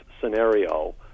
scenario